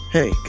Hey